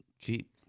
keep